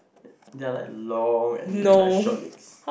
they are like long and they have like short legs